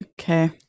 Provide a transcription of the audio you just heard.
okay